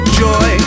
joy